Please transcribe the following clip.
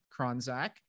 Kronzak